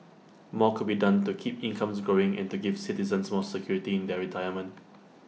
more could be done to keep incomes growing and to give citizens more security in their retirement